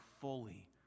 fully